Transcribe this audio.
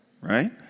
right